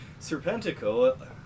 Serpentico